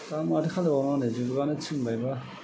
दा माथो खालामबावनांगौ नै जुगानो थिनबायबा